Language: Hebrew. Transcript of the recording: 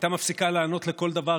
הייתה מפסיקה לענות לכל דבר,